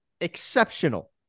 exceptional